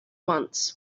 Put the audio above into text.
once